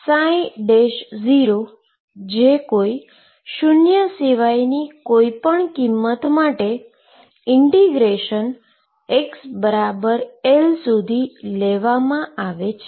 અને જે કોઈ શુન્ય સિવાયની કોઈ કિંમત માટે ઈન્ટીગ્રેશન xL સુધીનું લેવામાં આવે છે